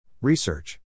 Research